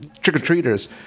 trick-or-treaters